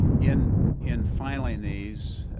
in in filing these,